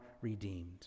redeemed